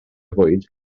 fwyd